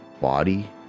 body